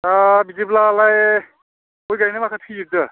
दा बिदिब्लालाय गय गायनाया माखा थैजोंबदों